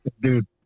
dude